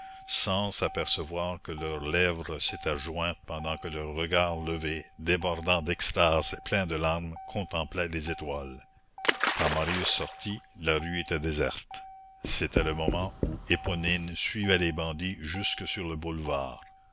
sans s'apercevoir que leurs lèvres s'étaient jointes pendant que leurs regards levés débordant d'extase et pleins de larmes contemplaient les étoiles quand marius sortit la rue était déserte c'était le moment où éponine suivait les bandits jusque sur le boulevard